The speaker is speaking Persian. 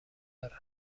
دارن